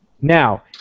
now